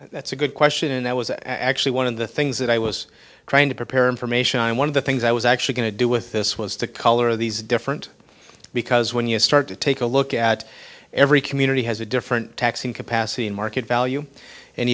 that's a good question and that was actually one of the things that i was trying to prepare information and one of the things i was actually going to do with this was to color these different because when you start to take a look at every community has a different taxing capacity in market value and